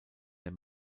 der